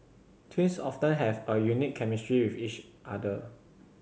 twins often have a unique chemistry with each other